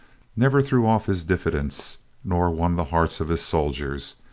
never threw off his diffidence nor won the hearts of his soldiers,